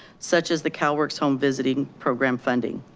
such as the calworks home visiting program funding.